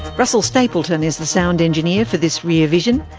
russell stapleton is the sound engineer for this rear vision.